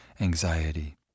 anxiety